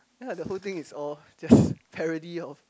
ya like the whole thing is all just parody of